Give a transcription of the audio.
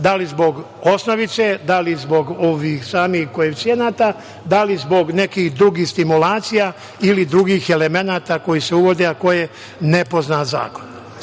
da li zbog osnovice, da li zbog ovih samih koeficijenata, da li zbog nekih drugih stimulacija ili drugih elemenata koji se uvode, a koje nepoznat zakona. Sada